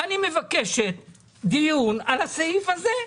אני מבקשת דיון על הסעיף הזה,